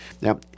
Now